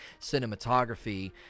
cinematography